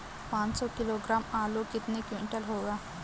पाँच सौ किलोग्राम आलू कितने क्विंटल होगा?